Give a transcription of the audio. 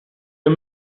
een